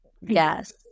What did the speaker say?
Yes